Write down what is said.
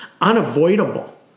unavoidable